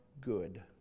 good